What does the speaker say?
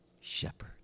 shepherd